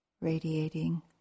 radiating